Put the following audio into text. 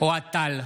אוהד טל,